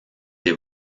des